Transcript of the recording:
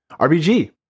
RBG